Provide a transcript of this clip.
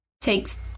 takes